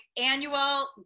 annual